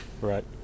Right